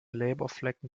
leberflecken